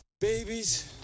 Babies